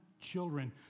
Children